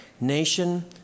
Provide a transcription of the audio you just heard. nation